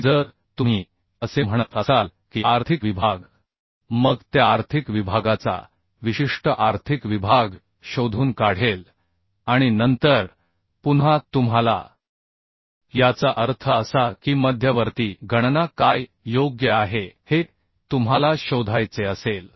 आणि जर तुम्ही असे म्हणत असाल की आर्थिक विभाग मग ते आर्थिक विभागाचा विशिष्ट आर्थिक विभाग शोधून काढेल आणि नंतर पुन्हा तुम्हाला याचा अर्थ असा की मध्यवर्ती गणना काय योग्य आहे हे तुम्हाला शोधायचे असेल